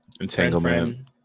entanglement